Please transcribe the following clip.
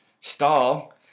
stall